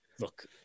Look